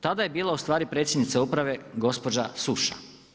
Tada je bila ustvari predsjednica uprave gospođa Suša.